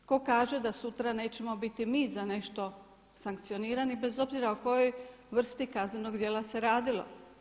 Tko kaže da sutra nećemo biti mi za nešto sankcionirani bez obzira o kojoj vrsti kaznenog djela se radilo.